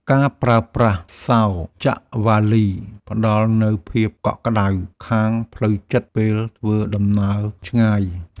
ការប្រើប្រាស់សោចាក់វ៉ាលី ផ្តល់នូវភាពកក់ក្តៅខាងផ្លូវចិត្តពេលធ្វើដំណើរឆ្ងាយ។